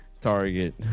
Target